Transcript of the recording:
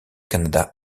canada